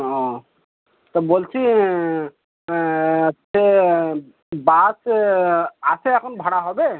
ও তা বলছি তো বাস আছে এখন ভাড়া হবে